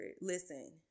listen